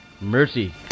Mercy